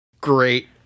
Great